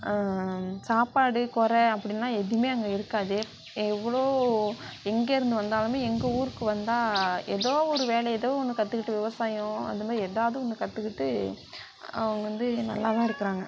சாப்பாடு குற அப்படின்லாம் எதுவுமே அங்கே இருக்காது எவ்வளோ எங்கே இருந்து வந்தாலுமே எங்கள் ஊருக்கு வந்தா எதோ ஒரு வேலை எதோ ஒன்று கற்றுக்கிட்டு விவசாயம் அந்த மாதிரி எதாவது ஒன்று கற்றுக்கிட்டு அவங்க வந்து நல்லாதான் இருக்குறாங்க